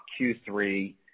Q3